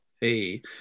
hey